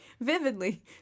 vividly